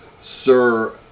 Sir